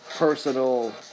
Personal